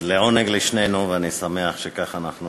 אז, לעונג לשנינו, ואני שמח שכך אנחנו